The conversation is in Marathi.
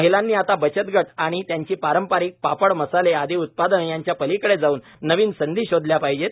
महिलांनी आता बचतगट आणि त्यांची पारंपरिक पापड मसाले आदी उत्पादने याच्या पलिकडे जाऊन नवीन संधी शोधल्या पाहिजेत